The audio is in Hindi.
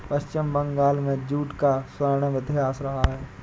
पश्चिम बंगाल में जूट का स्वर्णिम इतिहास रहा है